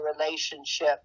relationship